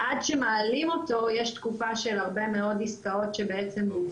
עד שמעלים אותו יש תקופה של הרבה מאוד עסקאות שבוצעו